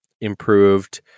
improved